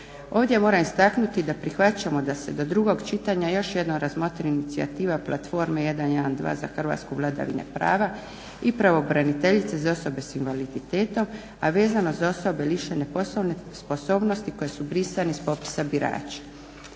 Ovdje moram istaknuti da prihvaćamo da se do drugog čitanja još jednom razmotri inicijativa Platforme 112 za Hrvatsku vladavine prava i pravobraniteljice za osobe s invaliditetom, a vezano za osobe lišene poslovne sposobnosti koji su brisani s popisa birača.